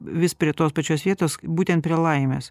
vis prie tos pačios vietos būtent prie laimės